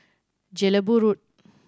Jelebu Road